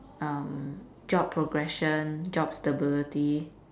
um job progression job stability